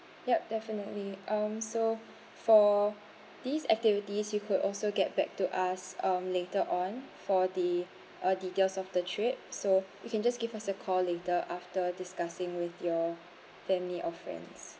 yup definitely um so for these activities you could also get back to us um later on for the uh details of the trip so you can just give us a call later after discussing with your family or friends